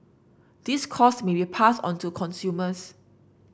these costs may be passed on to consumers